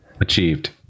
achieved